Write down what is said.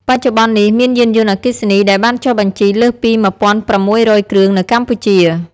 បច្ចុប្បន្ននេះ មានយានយន្តអគ្គិសនីដែលបានចុះបញ្ជីលើសពី ១,៦០០គ្រឿងនៅកម្ពុជា។